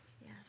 Yes